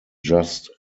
just